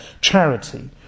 charity